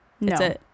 No